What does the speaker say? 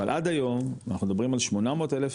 אבל עד היום אנחנו מדברים על 800 אלף